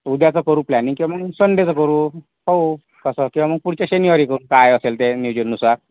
उद्याचं करू प्लॅनिंग किंवा मग संडेचं करू हो कसं किंवा मग पुढच्या शनिवारी करू काय असेल ते नियोजनानुसार